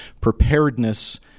preparedness